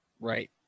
Right